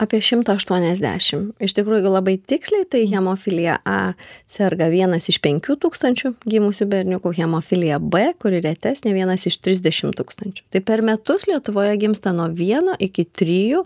apie šimtą aštuoniasdešimt iš tikrųjų jeigu labai tiksliai tai hemofilija a serga vienas iš penkių tūkstančių gimusių berniukų hemofilija b kuri retesnė vienas iš trisdešimt tūkstančių tai per metus lietuvoje gimsta nuo vieno iki trijų